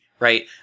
Right